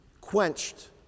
quenched